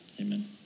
Amen